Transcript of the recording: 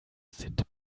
sind